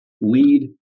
lead